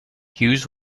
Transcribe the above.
hughes